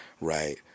right